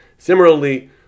Similarly